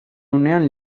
unean